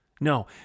No